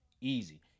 Easy